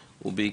בכלל.